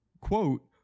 quote